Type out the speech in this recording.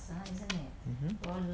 mmhmm